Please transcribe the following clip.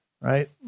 right